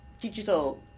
digital